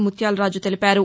ముత్యాలరాజు తెలిపారు